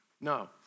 No